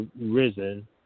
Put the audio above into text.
risen